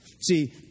See